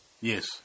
yes